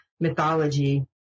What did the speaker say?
Mythology